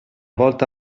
volta